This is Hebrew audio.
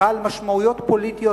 בעל משמעויות פוליטיות,